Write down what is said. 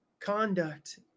conduct